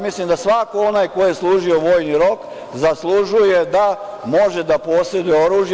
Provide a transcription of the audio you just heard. Mislim da svako onaj ko je služio vojni rok zaslužuje da može da poseduje oružje.